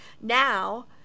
now